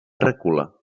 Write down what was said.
recula